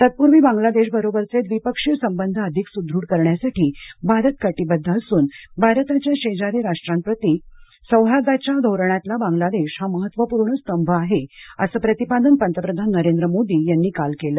तत्पूर्वी बांगलादेशबरोबरचे द्विपक्षीय संबंध अधिक सुदृढ करण्यासाठी भारत कटिबद्ध असून भारताच्या शेजारी राष्ट्रांप्रती सौहार्दाच्या धोरणातला बांगलादेश हा महत्त्वपूर्ण स्तंभ आहे असं प्रतिपादन पंतप्रधान नरेंद्र मोदी यांनी काल केलं